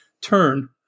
turn